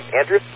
Andrew